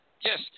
Yes